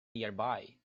nearby